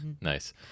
Nice